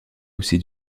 aussi